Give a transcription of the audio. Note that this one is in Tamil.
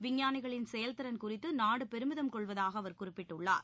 விஞ்ஞானிகளின் செயல்திறன் குறித்து நாடு பெருமிதம் கொள்வதாக அவர் குறிப்பிட்டுள்ளார்